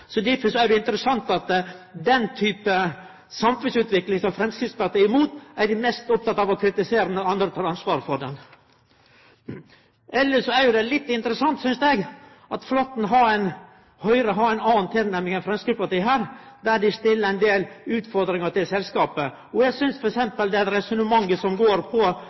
er det interessant at den typen samfunnsutvikling som Framstegspartiet er imot, er dei mest opptekne av å kritisere når andre tek ansvaret for henne. Elles er det litt interessant, synest eg, at Høgre har ei anna tilnærming enn Framstegspartiet, der dei stiller ein del utfordringar til selskapet, f.eks. resonnementet som går på om gass i Tyskland nødvendigvis er det